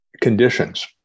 conditions